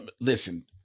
listen